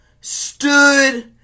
Stood